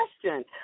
question